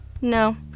No